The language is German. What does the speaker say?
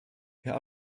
herr